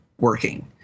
working